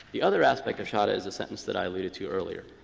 the other aspect of chadha is the sentence that i alluded to earlier.